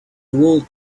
rolled